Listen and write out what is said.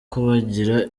kubagira